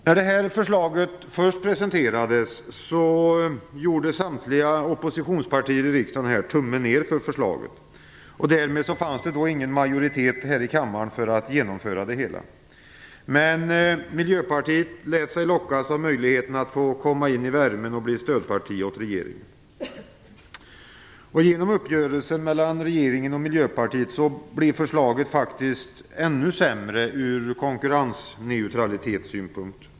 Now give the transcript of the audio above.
När förslaget först presenterades gjorde samtliga oppositionspartier tummen ned. Därmed fanns det ingen majoritet i kammaren för att genomföra det hela. Men Miljöpartiet lät sig lockas av möjligheten att få komma in i värmen och bli stödparti åt regeringen. Genom uppgörelsen mellan regeringen och Miljöpartiet blev förslaget ännu sämre ur konkurrensneutralitetssynpunkt.